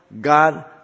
God